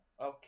Okay